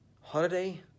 holiday